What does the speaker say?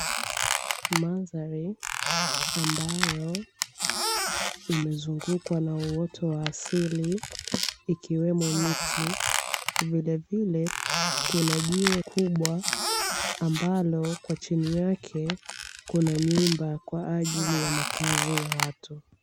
Mandhari ambayo imezungukwa na uoto wa asili ikiwemo miti, vilevile kuna jiwe kubwa ambalo kwa chini yake kuna nyumba kwa ajili ya makazi ya watu.